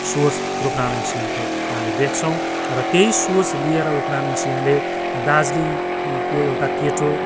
सोच रूपनारायण सिंहको हामी देख्छौँ र त्यही सोच लिएर रूपनारायण सिंहले दार्जिलिङको एउटा केटो